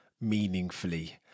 meaningfully